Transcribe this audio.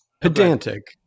pedantic